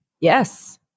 Yes